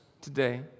Today